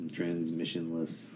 transmissionless